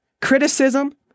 criticism